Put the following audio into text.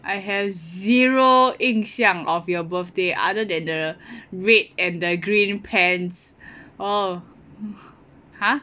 I have zero 影像 of your birthday other than the red and the green pants oh !huh!